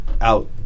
out